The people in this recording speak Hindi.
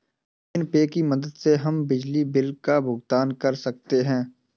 अमेज़न पे की मदद से हम बिजली बिल का भुगतान कर सकते हैं